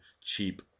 cheap